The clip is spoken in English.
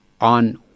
on